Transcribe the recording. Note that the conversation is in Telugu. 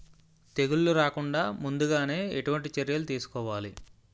తెగుళ్ల రాకుండ ముందుగానే ఎటువంటి చర్యలు తీసుకోవాలి?